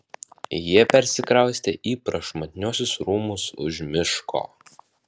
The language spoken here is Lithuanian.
jie persikraustė į prašmatniuosius rūmus už miško